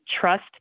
trust